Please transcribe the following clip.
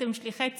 אתם שליחי ציבור,